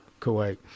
Kuwait